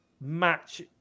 match